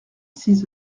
six